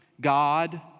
God